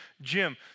Jim